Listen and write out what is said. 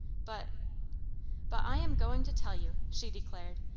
but but i am going to tell you, she declared,